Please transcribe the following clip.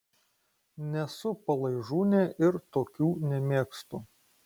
nesu palaižūnė ir tokių nemėgstu